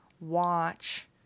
watch